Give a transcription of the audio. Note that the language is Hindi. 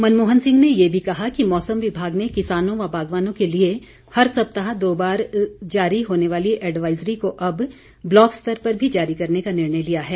मनमोहन सिंह ने ये भी कहा कि मौसम विभाग ने किसानों व बागवानों के लिए हर सप्ताह दो बार जारी होने वाली एडवाईजरी को अब ब्लॉक स्तर पर भी जारी करने का निर्णय लिया है